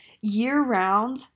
year-round